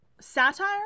Satire